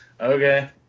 Okay